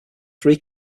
than